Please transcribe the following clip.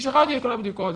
והיא שלחה אותי לכל הבדיקות.